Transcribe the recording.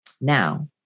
Now